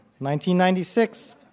1996